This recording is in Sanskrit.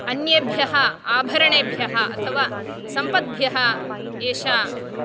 अन्येभ्यः आभरणेभ्यः अथवा सम्पद्भ्यः एषा